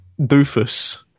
doofus